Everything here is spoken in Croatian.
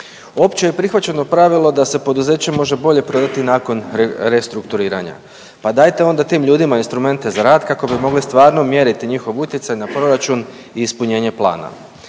Opće je prihvaćeno pravilo da se poduzeće može bolje prodati nakon restrukturiranja. Pa dajte onda tim ljudima instrumente za rad kako bi mogli stvarno mjeriti njihov utjecaj na proračun i ispunjenje plana.